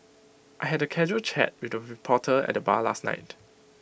I had A casual chat with A reporter at the bar last night